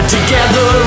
Together